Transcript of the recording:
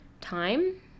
time